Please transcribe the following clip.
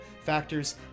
factors